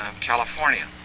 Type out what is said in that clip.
California